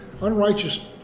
unrighteous